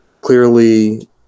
clearly